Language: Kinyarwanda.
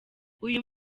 uyu